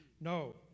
no